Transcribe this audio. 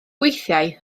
weithiau